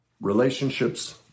relationships